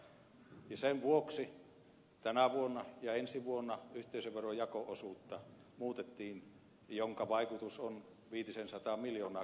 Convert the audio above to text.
sen vuoksi tälle vuodelle ja ensi vuodelle yhteisöveron jako osuutta muutettiin minkä vaikutus kuntatalouteen on viitisensataa miljoonaa